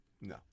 No